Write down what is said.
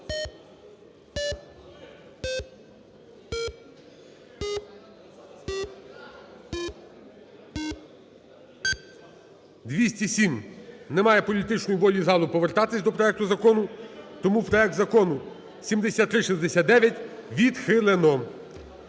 За-207 Немає політичної волі залу повертатися до проекту закону. Тому проект Закону 7369 відхилено.